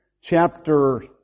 chapter